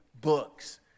books